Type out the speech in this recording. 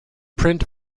print